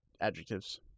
adjectives